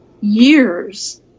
years